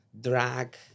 drag